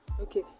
Okay